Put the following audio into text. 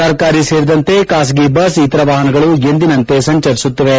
ಸರ್ಕಾರಿ ಸೇರಿದಂತೆ ಖಾಸಗಿ ಬಸ್ ಇತರ ವಾಹನಗಳು ಎಂದಿನಂತೆ ಸಂಚರಿಸುತ್ತಿವೆ